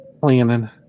planning